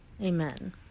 Amen